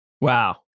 Wow